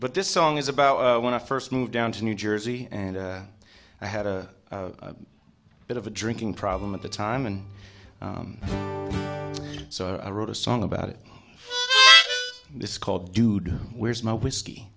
but this song is about when i first moved down to new jersey and i had a bit of a drinking problem at the time and so i wrote a song about it it's called dude where's my whisk